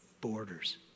borders